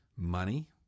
money